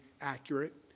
accurate